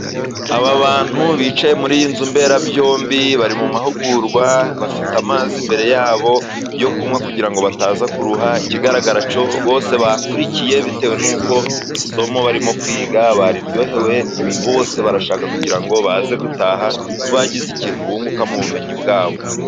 Aba bantu bicaye muri iyi nzu mberabyombi bari mu mahugurwa, bafite amazi imbere yabo yo kunywa kugira ngo bataza kuruha. Ikigaragara cyo bose bakurikiye bitewe n'uko isomo barimo kwiga bariryohewe, bose barashaka kugira ngo, baze gutaha bagize ikintu bunguka mu bumenyi bwabo.